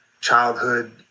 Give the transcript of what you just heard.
childhood